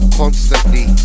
constantly